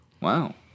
Wow